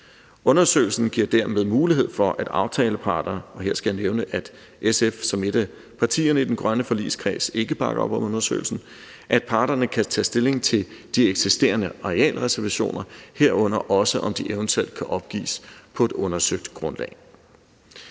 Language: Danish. Undersøgelsen giver dermed mulighed for, at aftaleparterne – og her skal jeg nævne, at SF som et af partierne i den grønne forligskreds ikke bakker op om undersøgelsen – kan tage stilling til de eksisterende arealreservationer, herunder også, om de eventuelt kan opgives, på et undersøgt grundlag.